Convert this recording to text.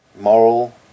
Moral